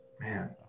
Man